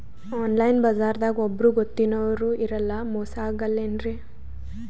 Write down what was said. Online ಬಜಾರದಾಗ ಒಬ್ಬರೂ ಗೊತ್ತಿನವ್ರು ಇರಲ್ಲ, ಮೋಸ ಅಗಲ್ಲೆನ್ರಿ?